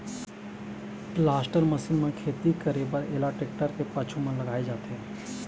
planter machine म खेती करे बर एला टेक्टर के पाछू म लगाए जाथे